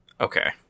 Okay